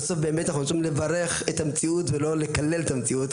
בסוף באמת אנחנו רוצים לברך את המציאות ולא לקלל את המציאות,